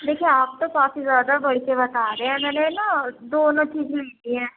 دیکھیے آپ تو کافی زیادہ بڑھ کے بتا رہے ہیں میں نے نا دونوں چیزیں لینی ہیں